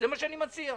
זה מה שאני מציע.